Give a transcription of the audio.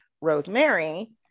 rosemary